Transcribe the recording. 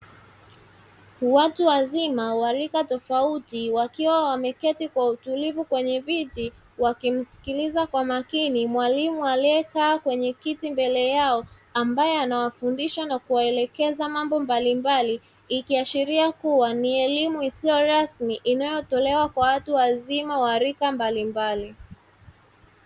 Watu wazima wa rika tofauti, wakiwa wameketi kwa utulivu kwenye viti, wakimsikiliza kwa makini mwalimu aliyekaa kwenye kiti mbele yao, ambaye anawafundisha na kuwaelekeza mambo mbalimbali, ikiashiria kuwa ni elimu isiyo rasmi inayotolewa kwa watu wazima wa rika mbalimbali.